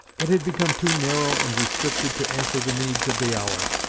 it had become too narrow and restricted to answer the needs of the hour.